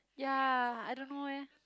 ya I don't know eh